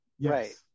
Right